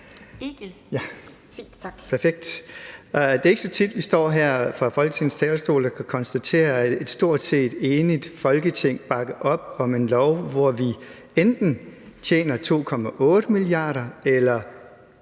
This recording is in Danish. Det er ikke så tit, vi står her på Folketingets talerstol og kan konstatere, at et stort set enigt Folketing bakker op om et lovforslag, hvor vi enten tjener 2,8 mia. kr. eller